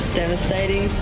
devastating